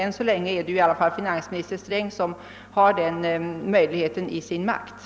Än så länge är det ju finansministern Sträng som har den möjligheten i sin hand.